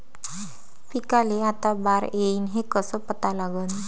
पिकाले आता बार येईन हे कसं पता लागन?